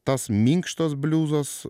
tas minkštas bliuzas